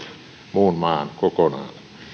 muun maan kokonaan